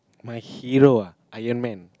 my hero ah Iron-man